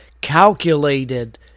calculated